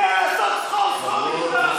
יודע לעשות סחור-סחור, כל הזמן ולא מתבייש.